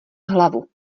hlavu